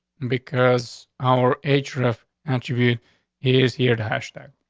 and because our atria interviewed he is here to national.